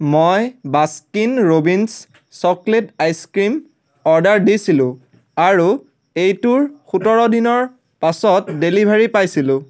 মই Baskin Robbins chocolate ice cream order দিছিলোঁ আৰু এইটোৰ সোতৰ দিনৰ পাছত ডেলিভাৰী পাইছিলোঁ